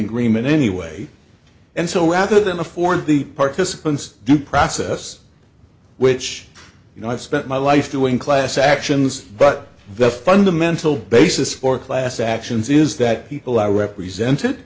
agreement anyway and so rather than afford the participants due process which you know i've spent my life doing class actions but the fundamental basis for class actions is that people are represented